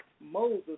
Moses